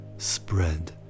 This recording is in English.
spread